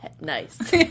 nice